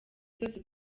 zose